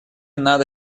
надо